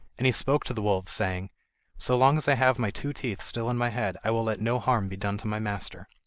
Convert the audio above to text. and he spoke to the wolves, saying so long as i have my two teeth still in my head, i will let no harm be done to my master